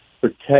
protect